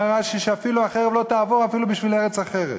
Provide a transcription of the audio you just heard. אומר רש"י שהחרב לא תעבור אפילו בשביל ארץ אחרת,